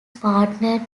partnered